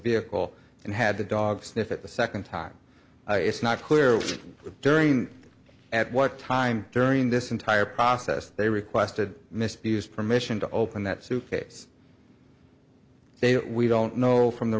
vehicle and had the dog sniff it the second time it's not clear during at what time during this entire process they requested miss use permission to open that suitcase they we don't know from the